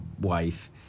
wife